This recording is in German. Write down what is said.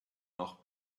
noch